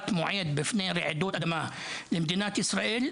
מועד בפני רעידות אדמה למדינת ישראל,